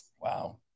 wow